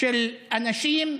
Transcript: של אנשים,